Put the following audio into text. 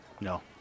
No